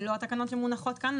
אלה לא התקנות שמונחות כאן.